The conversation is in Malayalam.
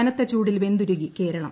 കനത്തചൂടിൽ വെന്തുരുകി കേരളം